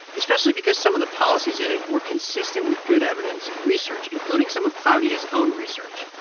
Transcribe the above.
especially because some of the policies in it were consistent with good evidence in research, including some of claudia's own research.